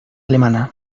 alemana